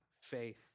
faith